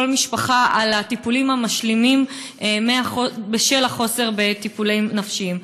משפחה על הטיפולים המשלימים בשל החוסר בטיפולים נפשיים.